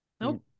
Nope